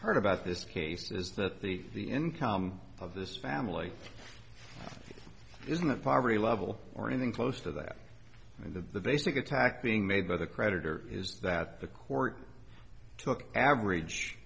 heard about this case is that the income of this family isn't the poverty level or anything close to that and that the basic attack being made by the creditor is that the court took average